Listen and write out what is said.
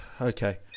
okay